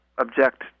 object